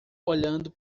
olhando